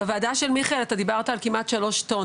בוועדה של מיכאל אתה דיברת על כמעט שלוש טון,